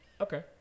Okay